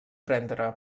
prendre